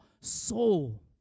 soul